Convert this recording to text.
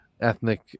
ethnic